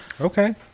Okay